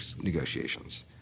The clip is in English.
negotiations